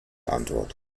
antwort